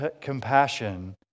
compassion